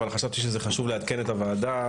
אבל חשבתי שזה חשוב לעדכן את הוועדה